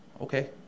Okay